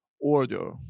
order